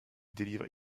délivre